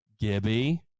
Gibby